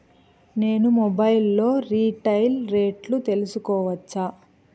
నేను మొబైల్ లో రీటైల్ రేట్లు తెలుసుకోవచ్చా?